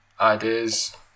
ideas